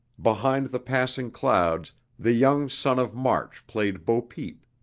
behind the passing clouds the young sun of march played bo-peep,